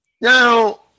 Now